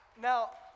Now